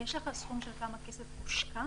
יש לך סכום של הכסף שהושקע?